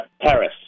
Paris